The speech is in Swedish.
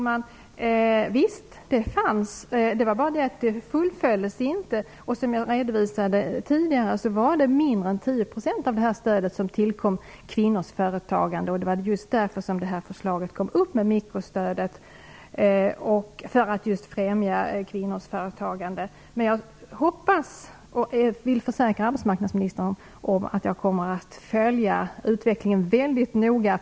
Herr talman! Visst fanns det. Det vara bara det att det inte fullföljdes. Som jag redovisade tidigare var det mindre än 10 % av detta stöd som tillkom kvinnors företagande. Det var just därför som förslaget om mikrostödet kom upp, för att främja kvinnors företagande. Jag vill försäkra arbetsmarknadsministern om att jag kommer att följa utvecklingen mycket noga.